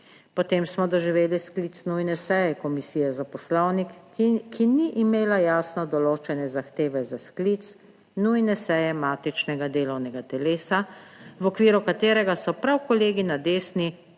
Potem smo doživeli sklic nujne seje Komisije za Poslovnik, ki ni imela jasno določene zahteve za sklic nujne seje matičnega delovnega telesa, v okviru katerega so prav kolegi na desni